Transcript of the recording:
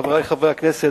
חברי חברי הכנסת,